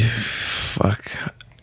fuck